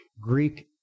Greek